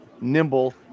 nimble